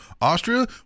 Austria